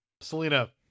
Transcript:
selena